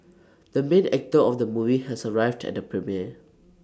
the main actor of the movie has arrived at the premiere